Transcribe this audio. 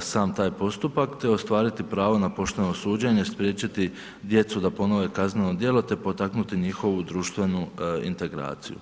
sam taj postupak te ostvariti pravo na pošteno suđenje, spriječiti djecu da ponove kazneno djelo te potaknuti njihovu društvenu integraciju.